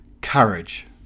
courage